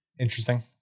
Interesting